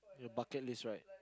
your bucket list right